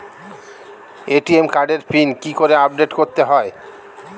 ATM কার্ডের PIN কি করে আপডেট করতে হয়?